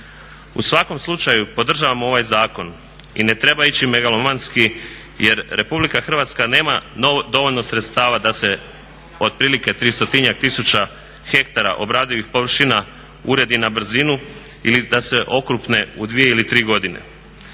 U svakom slučaju podržavamo ovaj zakon i ne treba ići megalomanski jer RH nema dovoljno sredstava da se otprilike 300-njak tisuća hektara obradivih površina uredi na brzinu ili da se okrupne u dvije ili tri godine.